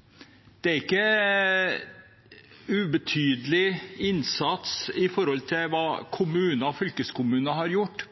innsats har ikke vært ubetydelig.